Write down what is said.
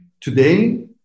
today